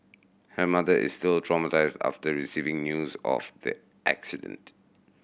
her mother is still traumatised after receiving news of the accident